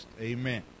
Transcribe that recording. Amen